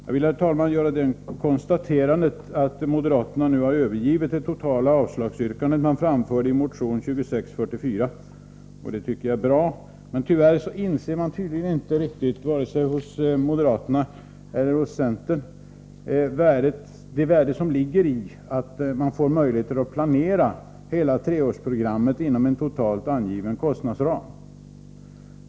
Jag vill, herr talman, göra det konstaterandet att moderaterna nu har övergivit det totala avslagsyrkande som de framförde i sin motion 2644. Det är bra, men tyvärr inser man tydligen inte vare sig hos moderaterna eller hos centern det värde som ligger i att få möjligheter att planera hela treårsprogrammet inom en totalt angiven kostnadsram.